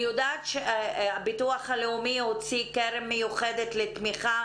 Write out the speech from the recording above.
אני יודעת שהביטוח הלאומי הוציא קרן מיוחדת לתמיכה